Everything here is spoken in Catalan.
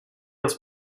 els